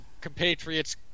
compatriots